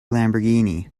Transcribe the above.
lamborghini